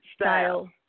Style